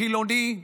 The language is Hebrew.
חילוני,